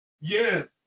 Yes